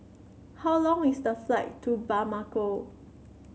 how long is the flight to Bamako